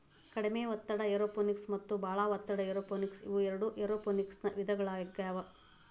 ಕಡಿಮೆ ಒತ್ತಡ ಏರೋಪೋನಿಕ್ಸ ಮತ್ತ ಬಾಳ ಒತ್ತಡ ಏರೋಪೋನಿಕ್ಸ ಇವು ಎರಡು ಏರೋಪೋನಿಕ್ಸನ ವಿಧಗಳಾಗ್ಯವು